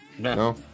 No